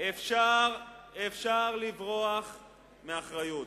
אפשר לברוח מאחריות,